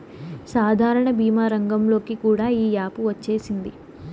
సాధారణ భీమా రంగంలోకి కూడా ఈ యాపు వచ్చేసింది